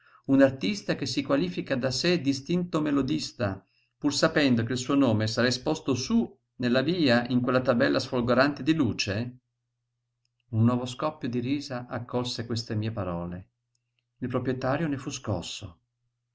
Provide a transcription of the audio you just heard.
un artista che si qualifica da sé distinto melodista pur sapendo che il suo nome sarà esposto sú nella via in quella tabella sfolgorante di luce un nuovo scoppio di risa accolse queste mie parole il proprietario ne fu scosso